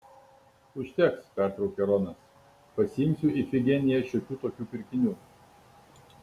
užteks pertraukė ronas pasiimsiu ifigeniją šiokių tokių pirkinių